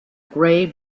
grey